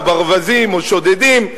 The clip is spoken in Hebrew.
או ברווזים או שודדים,